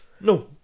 No